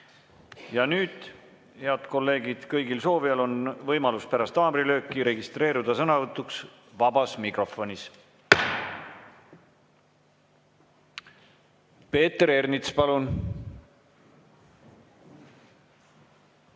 Ja nüüd, head kolleegid, kõigil soovijail on võimalus pärast haamrilööki registreeruda sõnavõtuks vabas mikrofonis. Peeter Ernits, palun!